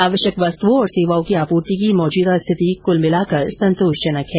आवश्यक वस्तुओं और सेवाओं की आपूर्ति की मौजूदा स्थिति कुल मिलाकर संतोषजनक है